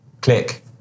click